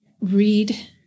read